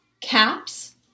caps